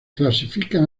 clasifican